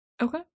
okay